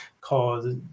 cause